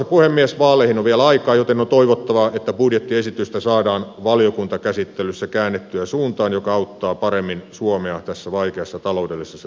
vaaleihin on vielä aikaa joten on toivottavaa että budjettiesitystä saadaan valiokuntakäsittelyssä käännettyä suuntaan joka auttaa paremmin suomea tässä vaikeassa taloudellisessa tilanteessa